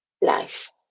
life